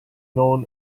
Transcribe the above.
known